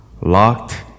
locked